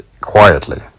quietly